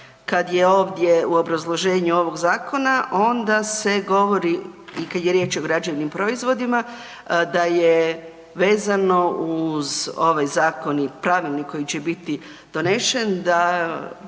kad je ovdje u obrazloženju ovog zakona onda se govori i kad je riječ o građevnim proizvodima, da je vezano uz ovaj zakon i Pravilnik koji će biti donešen da